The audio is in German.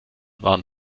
waren